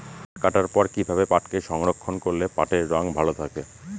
পাট কাটার পর কি ভাবে পাটকে সংরক্ষন করলে পাটের রং ভালো থাকে?